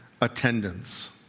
attendance